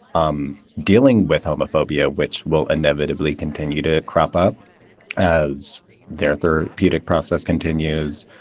um dealing with homophobia, which will inevitably continue to crop up as their therapeutic process continues.